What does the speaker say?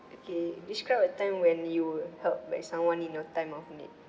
okay describe a time when you were helped by someone in your time of need